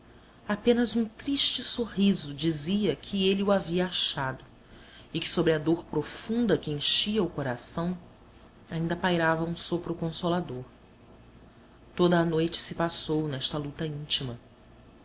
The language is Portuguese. apenas um triste sorriso dizia que ele o havia achado e que sobre a dor profunda que enchia o coração ainda pairava um sopro consolador toda a noite se passou nesta luta íntima